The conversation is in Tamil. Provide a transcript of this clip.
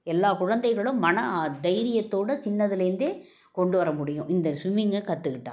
எல்லா குழந்தைகளும் மன தைரியத்தோடு சின்னதுலேருந்தே கொண்டு வர முடியும் இந்த ஸும்மிங்கை கற்றுக்கிட்டா